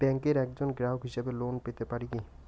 ব্যাংকের একজন গ্রাহক হিসাবে লোন পেতে পারি কি?